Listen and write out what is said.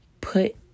put